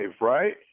right